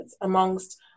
amongst